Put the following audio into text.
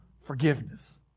forgiveness